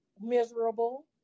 miserable